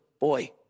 boy